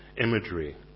imagery